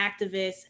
activists